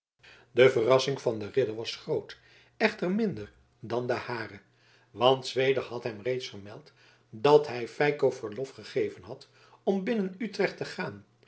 de verrassing van den ridder was groot echter minder dan de hare want zweder had hem reeds gemeld dat hij feiko verlof gegeven had om binnen utrecht te gaan